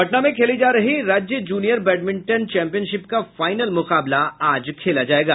पटना में खेली जा रही राज्य जुनियर बैडमिंटन चैंपियनशिप का फाइनल मुकाबला आज खेला जायेगा